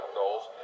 goals